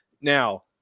Now